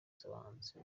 z’abahanzi